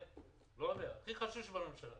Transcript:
הכי חשוב בממשלה,